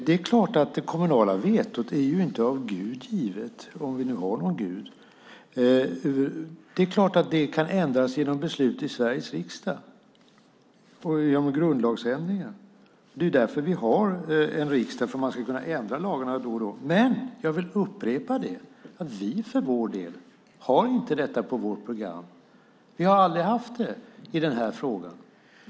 Det är klart att det kommunala vetot inte är av Gud givet - om vi nu har någon gud. Det är klart att det kan ändras genom beslut i Sveriges riksdag - genom grundlagsändringar. Det är därför vi har en riksdag så att lagarna kan ändras då och då. Men jag vill upprepa att vi för vår del inte har detta på vårt program. Vi har aldrig haft det i den här frågan.